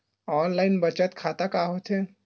Online बचत खाता का होथे?